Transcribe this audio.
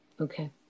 Okay